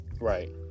Right